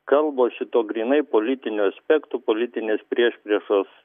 kalbos šituo grynai politiniu aspektu politinės priešpriešos